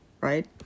Right